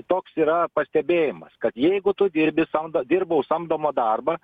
toks yra pastebėjimas kad jeigu tu dirbi samd dirbau samdomą darbą